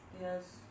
Yes